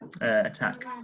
Attack